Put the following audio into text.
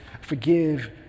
forgive